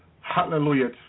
Hallelujah